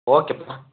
okay ಪಾ